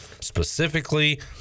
specifically